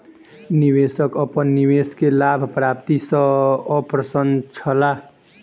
निवेशक अपन निवेश के लाभ प्राप्ति सॅ अप्रसन्न छला